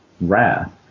wrath